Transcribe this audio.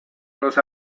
los